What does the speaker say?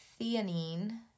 theanine